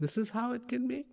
this is how it can be